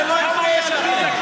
ולא הפריע לכם.